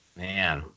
man